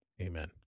Amen